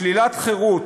שלילת חירות,